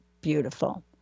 Beautiful